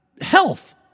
health